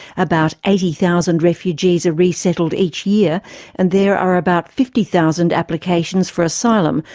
about eighty thousand refugees are resettled each year and there are about fifty thousand applications for asylum,